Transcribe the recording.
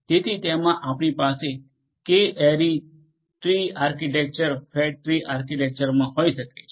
તેથી તેમાં આપણી પાસે k ary tree architecture fat tree આર્કિટેક્ચરમાં હોઈ શકે છે